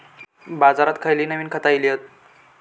बाजारात खयली नवीन खता इली हत?